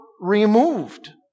removed